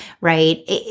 right